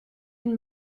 une